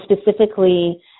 specifically